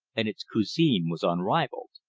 and its cuisine was unrivalled.